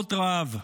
משכורות רעב.